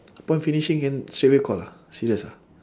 upon finishing can straight away call ah serious ah